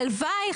הלוואי,